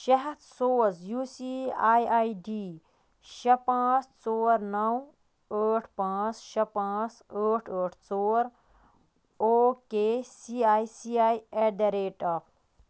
شےٚ ہتھ سوز U C I I D شےٚ پانٛژھ ژور نو ٲٹھ پانٛژھ شےٚ پانٛژھ ٲٹھ ٲٹھ ژور O K C A C A at the rate of